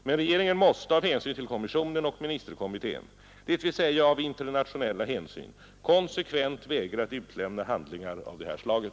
Men regeringen måste av hänsyn till kommissionen och ministerkommittén, dvs. av internationella hänsyn, konsekvent vägra att utlämna handlingar av det här slaget.